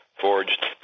forged